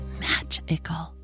magical